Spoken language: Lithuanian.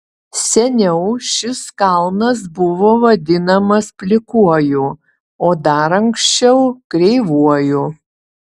seniau šis kalnas buvo vadinamas plikuoju o dar anksčiau kreivuoju